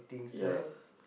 ya